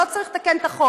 לא צריך לתקן את החוק.